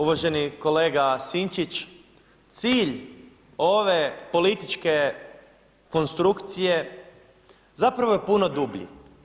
Uvaženi kolega Sinčić, cilj ove političke konstrukcije zapravo je puno dublji.